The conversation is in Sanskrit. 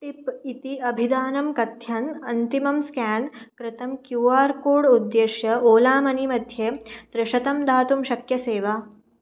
टिप् इति अभिधानं कथयन् अन्तिमं स्केन् कृतं क्यू आर् कोड् उद्दिश्य ओला मनी मध्ये त्रिशतं दातुं शक्यसे वा